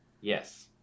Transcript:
yes